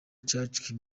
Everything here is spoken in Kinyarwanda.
church